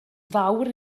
fawr